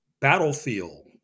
battlefield